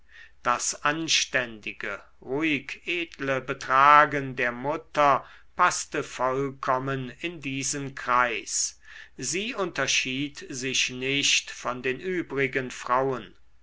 das anständige ruhig edle betragen der mutter paßte vollkommen in diesen kreis sie unterschied sich nicht von den übrigen frauen